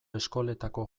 eskoletako